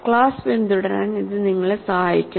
class പിന്തുടരാൻ ഇത് നിങ്ങളെ സഹായിക്കും